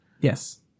Yes